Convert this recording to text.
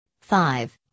five